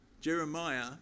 Jeremiah